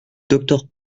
docteur